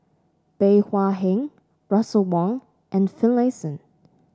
Bey Hua Heng Russel Wong and Finlayson